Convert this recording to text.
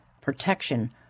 protection